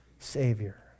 Savior